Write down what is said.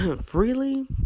freely